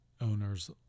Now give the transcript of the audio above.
owners